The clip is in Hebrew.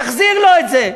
תחזיר לו את זה.